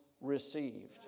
received